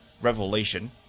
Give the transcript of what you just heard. revelation